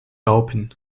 raupen